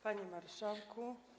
Panie Marszałku!